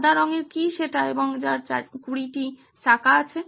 সাদা রঙের কি সেটা এবং যার 20 টি চাকা আছে